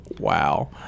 Wow